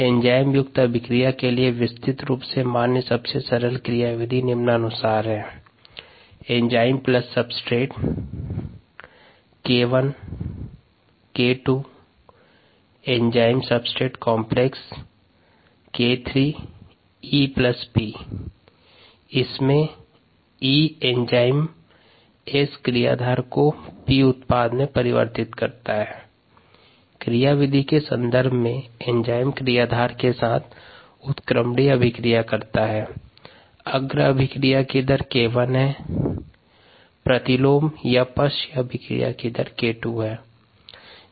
enzyme युक्त अभिक्रिया के लिए विस्तृत रूप से मान्य सबसे सरल क्रियाविधि निम्नानुसार है E एंजाइम S क्रियाधार को P उत्पाद में परिवर्तित करता है क्रियाविधि के संदर्भ में एंजाइम क्रिया धार के साथ उत्क्रमणीय अभिक्रिया करता है अग्र अभिक्रिया की दर 𝑘1 है और प्रतिलोम अभिक्रिया की दर 𝑘2 है